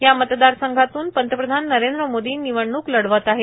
या मतदार संघातून पंतप्रधान नरेंद्र मोदी निवडणूक लढवीत आहे